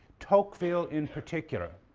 tocqueville in particular,